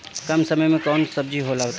कम समय में कौन कौन सब्जी होला बताई?